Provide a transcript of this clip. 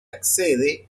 accede